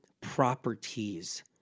properties